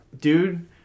Dude